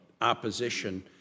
opposition